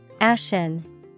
Ashen